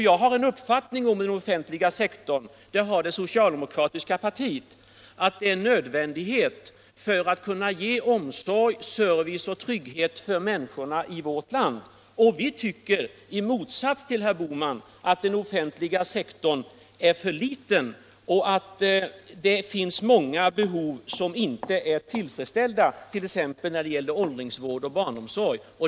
Jag har den uppfattningen om den offentliga sektorn — och det har det socialdemokratiska partiet i sin helhet — att den är en nödvändighet för att kunna ge omsorg, service och trygghet åt människorna i vårt land. Vi tycker, i motsats till herr Bohman, att den offentliga sektorn inte är tillräcklig. Det finns många behov som inte är tillfredsställda, t.ex. när det gäller åldringsvård och barnomsorg.